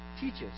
teaches